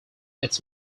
its